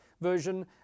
version